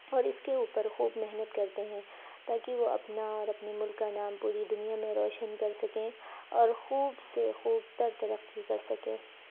اور اس کے اوپر خوب محنت کرتے ہیں تاکہ وہ اپنا اور اپنے ملک کا نام پوری دنیا میں روشن کر سکیں اور خوب سے خوب تر ترقی کر سکیں